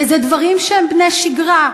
ואלה דברים שהם בני-שגרה.